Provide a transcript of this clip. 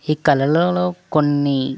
ఈ కళలలో కొన్ని